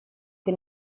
che